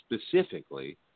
specifically